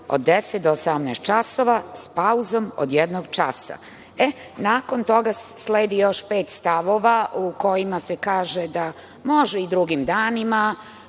od 10,00 do 18,00 časova, sa pauzom od jednog časa. Nakon toga sledi još pet stavova u kojima se kaže da može drugim danima,